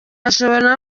ashobora